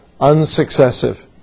unsuccessive